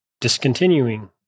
discontinuing